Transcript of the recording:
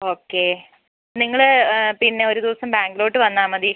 okay നിങ്ങൾ പിന്നെ ഒരു ദിവസം ബാങ്കിലോട്ട് വന്നാൽ മതി